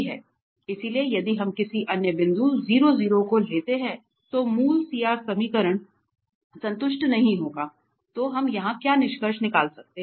इसलिए यदि हम किसी अन्य बिंदु 0 0 को लेते हैं तो मूल CR समीकरण संतुष्ट नहीं होगा तो हम यहां क्या निष्कर्ष निकाल सकते हैं